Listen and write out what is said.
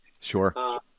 Sure